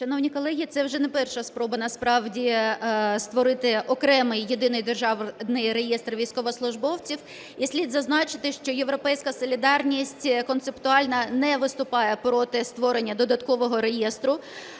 Шановні колеги, це вже не перша спроба насправді створити окремий, Єдиний державний реєстр військовослужбовців. І слід зазначити, що "Європейська солідарність" концептуально не виступає проти створення додаткового реєстру.